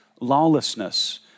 lawlessness